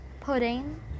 pudding